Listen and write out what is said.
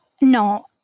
no